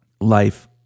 life